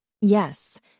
Yes